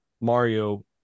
Mario